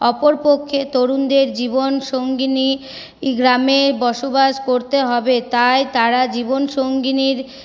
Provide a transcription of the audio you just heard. অপরপক্ষে তরুণদের জীবন সঙ্গিনী গ্রামে বসবাস করতে হবে তাই তারা জীবন সঙ্গিনীর